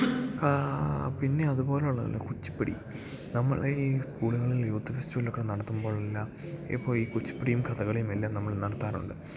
പിന്നെ അതുപോലുള്ളതല്ല കുച്ചിപ്പുടി നമ്മളെ ഈ സ്കൂളുകളിൽ യൂത്ത് ഫെസ്റ്റിവലൊക്കെ നടത്തുമ്പോഴല്ലാം ഇപ്പോൾ ഈ കുച്ചിപ്പുടിയും കഥകളിയും എല്ലാം നമ്മൾ നടത്താറുണ്ട്